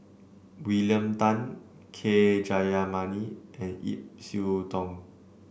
William Tan K Jayamani and Ip Yiu Tung